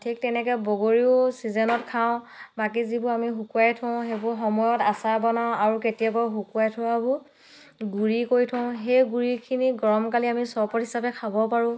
ঠিক তেনেকৈ বগৰীও ছিজনত খাওঁ বাকী যিবোৰ আমি শুকুৱাই থওঁ সেইবোৰ সময়ত আচাৰ বনাওঁ আৰু কেতিয়াবা শুকুৱাই থোৱাবোৰ গুড়ি কৰি থওঁ থওঁ সেই গুড়িখিনি গৰমকালি আমি চৰ্বত হিচাপে খাব পাৰোঁ